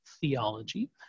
theology